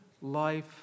life